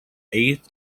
eighth